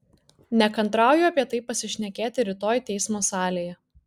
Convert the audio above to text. nekantrauju apie tai pasišnekėti rytoj teismo salėje